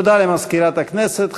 תודה למזכירת הכנסת.